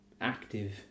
active